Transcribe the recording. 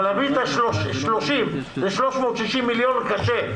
אבל להביא את ה-30 ל-360 מיליון קשה.